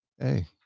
Hey